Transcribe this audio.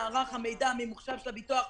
במערך המידע הממוחשב של הביטוח הלאומי.